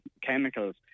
chemicals